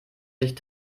sich